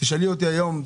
תשאלי אותי היום,